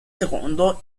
secondo